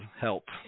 help